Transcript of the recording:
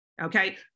Okay